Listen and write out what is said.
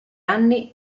anni